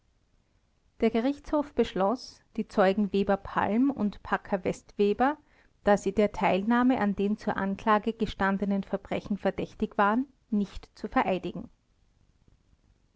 der gerichtshof beschloß die zeugen weber palm und packer vestweber da sie der teilnahme an den zur anklage gestandenen verbrechen verdächtig waren nicht zu vereidigen